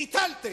ביטלתם.